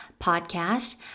podcast